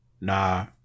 Nah